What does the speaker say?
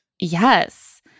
Yes